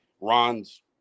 Ron's